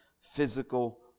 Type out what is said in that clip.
physical